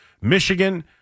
Michigan